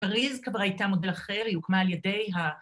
‫פריז כבר הייתה מודל אחר, ‫היא הוקמה על ידי ה...